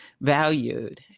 valued